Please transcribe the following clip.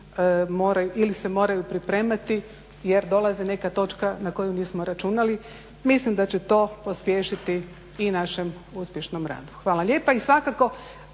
ili se moraju pripremati jer dolazi neka točka na koju nismo računali. Mislim da će to pospješiti i našem uspješnom radu. Hvala lijepa. I svakako